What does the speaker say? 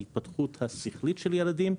ההתפתחות השכלית של הילדים,